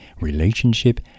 relationship